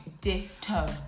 Ditto